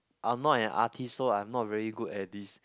I'm not an artist so I'm not very good at this